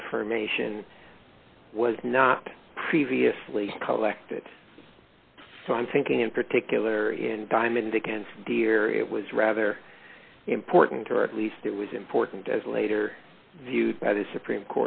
information was not previously collected so i'm thinking in particular and time and again dear it was rather important or at least it was important as later viewed by the supreme